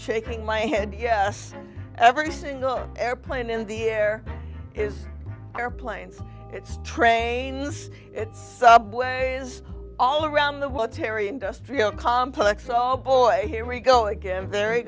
shaking my head yes every single airplane in the air is airplanes it's trains and subways all around the what terry industrial complex all boy here we go again very